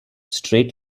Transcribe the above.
straight